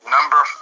Number